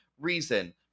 reason